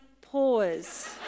pause